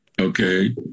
Okay